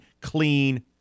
Clean